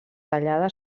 tallada